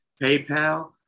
PayPal